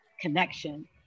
connection